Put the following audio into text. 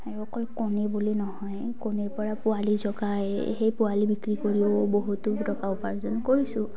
আৰু অকল কণী বুলি নহয় কণীৰ পৰা পোৱালি জগাই সেই পোৱালি বিক্ৰী কৰিও বহুতো টকা উপাৰ্জন কৰিছোঁ